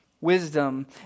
Wisdom